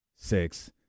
Six